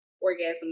orgasm